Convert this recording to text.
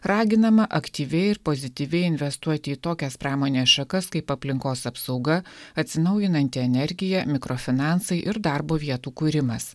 raginama aktyviai ir pozityviai investuoti į tokias pramonės šakas kaip aplinkos apsauga atsinaujinanti energija mikrofinansai ir darbo vietų kūrimas